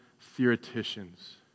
theoreticians